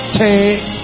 take